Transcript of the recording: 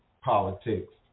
politics